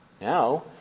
Now